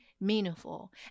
meaningful